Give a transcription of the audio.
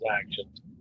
transactions